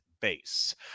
Base